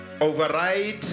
Override